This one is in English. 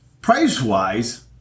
price-wise